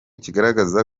kigaragaza